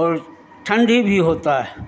और ठंडी भी होता है